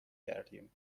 کردیم